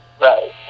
Right